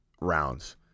rounds